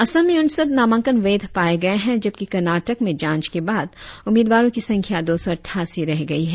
असम में उनसठ नामांकन वैध पाए गए है जबकि कर्नाटक में जांच के बाद उम्मीदवारों की संख्या दो सौ अठासी रह गई है